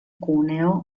cuneo